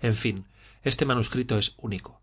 en fin este manuscrito es único